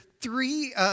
three